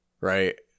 Right